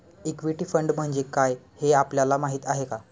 Equity fund म्हणजे काय, हे आपल्याला माहीत आहे का?